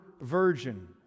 virgin